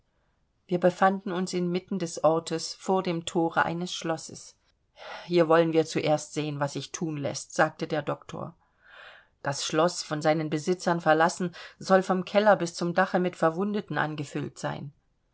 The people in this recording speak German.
wir befanden uns inmitten des ortes vor dem thore eines schlosses hier wollen wir zuerst sehen was sich thun läßt sagte der doktor das schloß von seinen besitzern verlassen soll vom keller bis zum dache mit verwundeten angefüllt sein